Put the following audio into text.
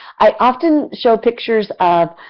i often show pictures of